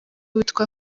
witwa